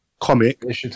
comic